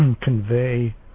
convey